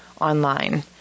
online